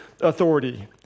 authority